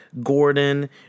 Gordon